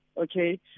Okay